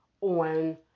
on